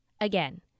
Again